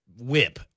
whip